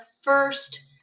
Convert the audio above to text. first